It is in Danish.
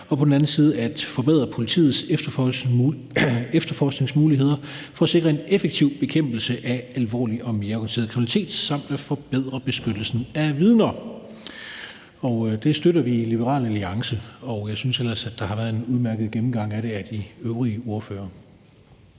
og på den anden side at forbedre politiets efterforskningsmuligheder for at sikre en effektiv bekæmpelse af alvorlig og mere organiseret kriminalitet samt at forbedre beskyttelsen af vidner. Det støtter vi i Liberal Alliance. Jeg synes også, der har været en udmærket gennemgang af et af de øvrige ordførere.